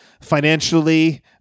financially